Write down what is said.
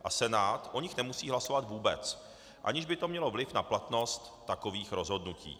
A Senát o nich nemusí hlasovat vůbec, aniž by to mělo vliv na platnost takových rozhodnutí.